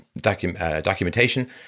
documentation